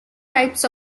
types